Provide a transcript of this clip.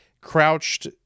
crouched